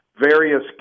various